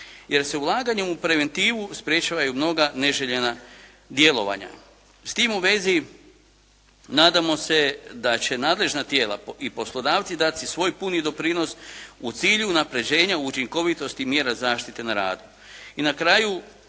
jer se ulaganjem u preventivu sprječavaju mnoga neželjena djelovanja. S tim u vezi nadamo se da će nadležna tijela i poslodavci dati svoj puni doprinos u cilju unapređenja učinkovitosti mjera zaštite na radu.